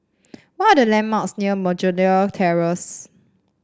what are the landmarks near Begonia Terrace